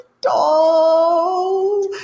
doll